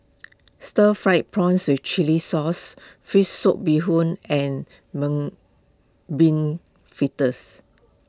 Stir Fried Prawn with Chili Sauce Fish Soup Bee Hoon and Mung Bean Fritters